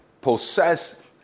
possess